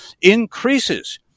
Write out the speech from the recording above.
increases